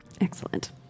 Excellent